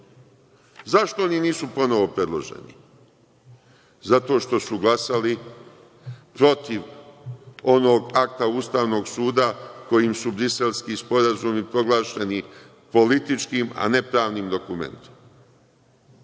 Zašto oni nisu ponovo predloženi? Zato što su glasali protiv onog akta Ustavnog suda kojim su Briselski sporazumi proglašeni političkim, a ne pravnim dokumentom.